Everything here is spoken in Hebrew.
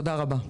תודה רבה.